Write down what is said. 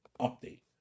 update